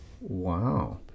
Wow